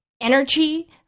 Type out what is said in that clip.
energy